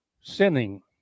sinning